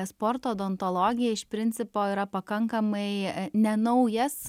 sporto odontologija iš principo yra pakankamai ne naujas